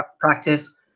practice